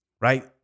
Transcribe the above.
Right